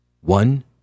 one